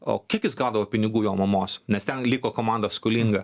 o kiek jis gaudavo pinigų jo mamos nes ten liko komanda skolinga